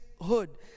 hood